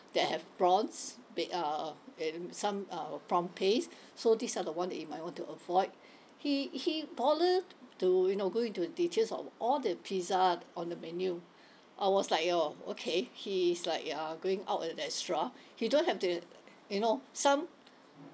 that have prawns with uh with some uh prawn paste so these are the one that you might want to avoid he he bother to you know go into details on all the pizza on the menu I was like oh okay he is like uh going out and extra he don't have the you know some